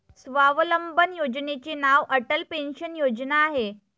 स्वावलंबन योजनेचे नाव अटल पेन्शन योजना आहे